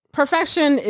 perfection